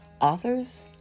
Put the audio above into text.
authors